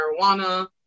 Marijuana